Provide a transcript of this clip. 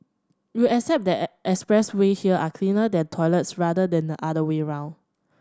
you accept that expressway here are cleaner than toilets rather than the other way around